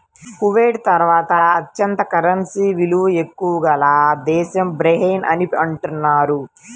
Kuwait తర్వాత అత్యంత currency విలువ ఎక్కువ గల దేశం బహ్రెయిన్ అని అంటున్నారు